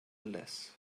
less